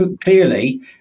clearly